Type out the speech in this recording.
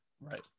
Right